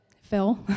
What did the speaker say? Phil